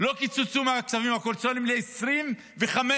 לא קיצצו מהכספים הקואליציוניים ל-2025.